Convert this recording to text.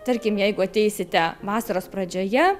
tarkim jeigu ateisite vasaros pradžioje